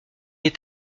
est